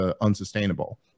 unsustainable